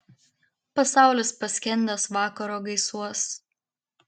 pasaulis paskendęs vakaro gaisuos